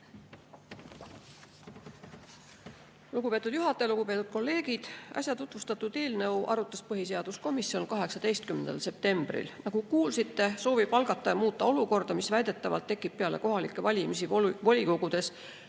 Lugupeetud juhataja! Lugupeetud kolleegid! Äsja tutvustatud eelnõu arutas põhiseaduskomisjon 18. septembril. Nagu kuulsite, soovib algataja muuta olukorda, mis väidetavalt tekib peale kohalikke valimisi volikogudes,